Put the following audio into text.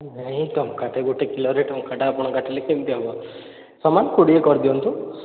ନାଇଁ ଟଙ୍କାଟେ ଗୋଟେ କିଲୋରେ ଟଙ୍କାଟା ଆପଣ କାଟିଲେ କେମିତି ହେବ ସମାନ କୋଡ଼ିଏ କରି ଦିଅନ୍ତୁ